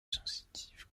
sensitive